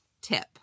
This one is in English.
tip